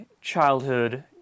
childhood